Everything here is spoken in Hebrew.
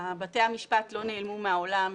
בתי המשפט לא נעלמו מהעולם,